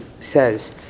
says